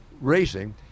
racing